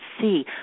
see